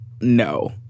No